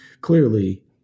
Clearly